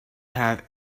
have